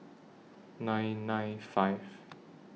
nine nine five